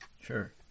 sure